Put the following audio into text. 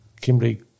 Kimberley